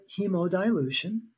hemodilution